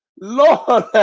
Lord